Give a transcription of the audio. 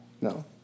No